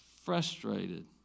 frustrated